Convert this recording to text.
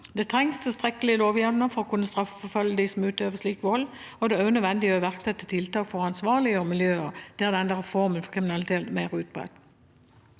Det trengs tilstrekkelige lovhjemler for å kunne straffeforfølge dem som utøver slik vold. Det er også nødvendig å iverksette tiltak for å an svarliggjøre miljøer der denne formen for kriminalitet er mer utbredt.